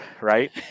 right